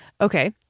Okay